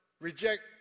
reject